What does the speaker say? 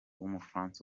w’umufaransa